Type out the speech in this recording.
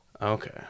Okay